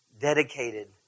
dedicated